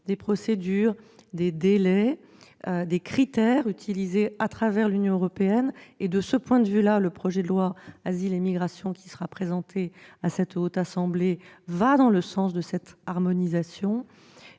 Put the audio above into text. des procédures, des délais et des critères utilisés dans l'Union européenne. De ce point de vue, le projet de loi Asile et immigration qui sera bientôt présenté à la Haute Assemblée va dans le sens de cette harmonisation.